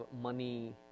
money